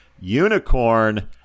unicorn